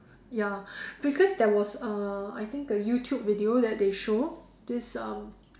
ya because there was uh I think a YouTube video that they show this um